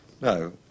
No